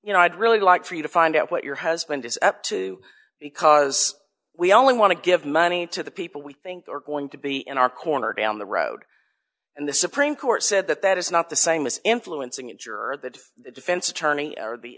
you know i'd really like for you to find out what your husband is up to because we only want to give money to the people we think are going to be in our corner down the road and the supreme court said that that is not the same as influencing a juror that the defense attorney or the